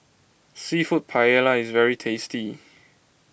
Seafood Paella is very tasty